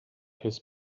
his